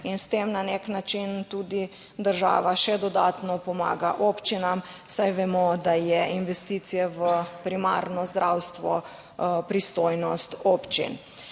in s tem na nek način tudi država še dodatno pomaga občinam. Saj vemo, da je investicija v primarno zdravstvo pristojnost občin.